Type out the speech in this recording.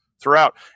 throughout